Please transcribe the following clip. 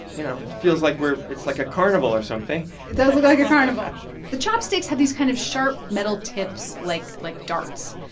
you know, it feels like we're it's like a carnival or something it does look like a carnival the chopsticks had these kind of sharp metal tips like like darts.